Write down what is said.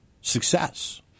success